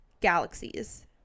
galaxies